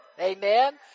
amen